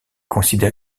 considéré